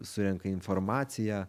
surenka informaciją